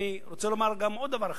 אני רוצה לומר עוד דבר אחד: